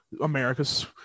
America's